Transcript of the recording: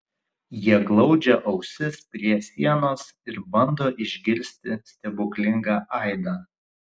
jie glaudžia ausis prie sienos ir bando išgirsti stebuklingą aidą